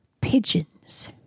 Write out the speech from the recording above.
pigeons